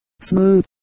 smooth